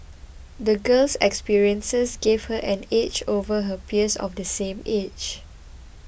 the girl's experiences gave her an edge over her peers of the same age